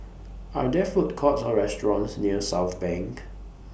Are There Food Courts Or restaurants near Southbank